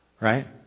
right